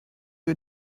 you